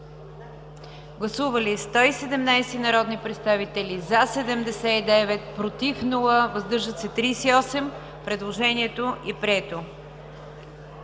Гласували 114 народни представители: за 110, против 1, въздържали се 3. Предложението е прието